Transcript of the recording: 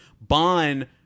Bond